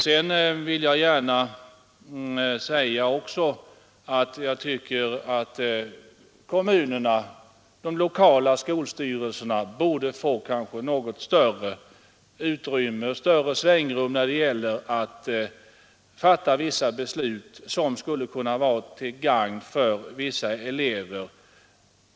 Sedan vill jag framhålla att de lokala skolstyrelserna borde få större frihet att fatta vissa beslut som skulle kunna vara till gagn för vissa elever.